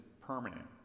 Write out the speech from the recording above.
permanent